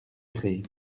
craie